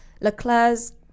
Leclerc's